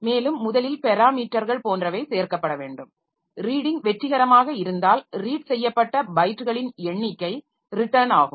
மேலும் முதலில் பெராமீட்டர்கள் போன்றவை சேர்க்கப்பட வேண்டும் ரீடிங் வெற்றிகரமாக இருந்தால் ரீட் செய்யப்பட்ட பைட்டுகளின் எண்ணிக்கை ரிட்டன் ஆகும்